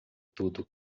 tudo